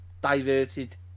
diverted